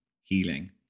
healing